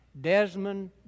Desmond